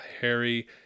Harry